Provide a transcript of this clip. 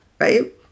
Right